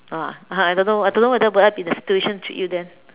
!wah! I don't know I don't know whether I would be in a situation treat you then